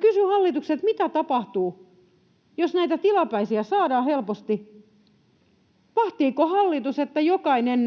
kysyn hallitukselta, mitä tapahtuu, jos näitä tilapäisiä saadaan helposti. Vahtiiko hallitus, että jokaiseen